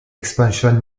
expansion